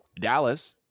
Dallas